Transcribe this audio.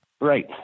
right